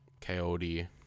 coyote